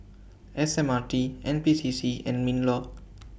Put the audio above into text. S M R T N P C C and MINLAW